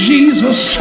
Jesus